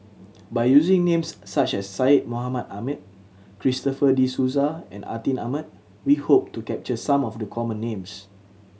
by using names such as Syed Mohamed Ahmed Christopher De Souza and Atin Amat we hope to capture some of the common names